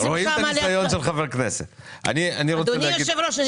אדוני היושב-ראש,